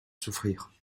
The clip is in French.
souffrir